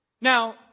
Now